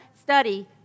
study